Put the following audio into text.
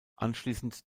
anschließend